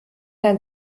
ein